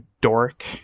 dork